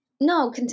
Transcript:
No